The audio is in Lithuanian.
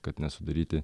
kad nesudaryti